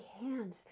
hands